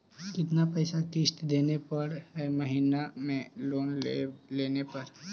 कितना पैसा किस्त देने पड़ है महीना में लोन लेने पर?